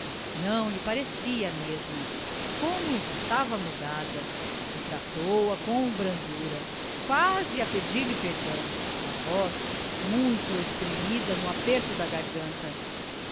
não lhe parecia a mesma como estava mudada e tratou a com brandura quase a pedir-lhe perdão a voz muito espremida no aperto da garganta